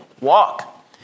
walk